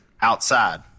outside